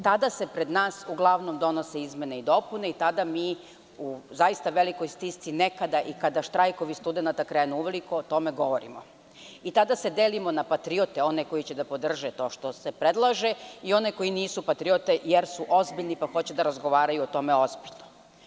Tada se pred nas uglavnom donose izmene i dopune, tada mi u zaista velikoj stisci, nekada i kada štrajkovi studenata krenu uveliko, o tome govorimo, tada se delimo na patriote, one koji će da podrže to što se predlaže, i one koji nisu patriote, jer su ozbiljni, pa hoće da razgovaraju o tome ozbiljno.